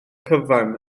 cyfan